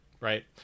right